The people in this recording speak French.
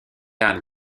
anne